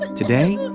ah today,